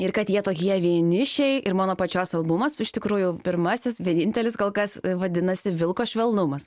ir kad jie tokie vienišiai ir mano pačios albumas iš tikrųjų pirmasis vienintelis kol kas vadinasi vilko švelnumas